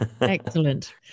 Excellent